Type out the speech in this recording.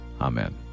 amen